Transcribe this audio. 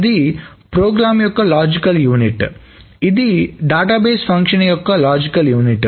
అది ప్రోగ్రామ్ యొక్క logical unit ఇది డేటాబేస్ ఫంక్షన్ యొక్క లాజికల్ యూనిట్